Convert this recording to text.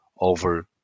over